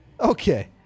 Okay